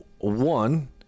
one